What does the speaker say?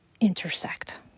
intersect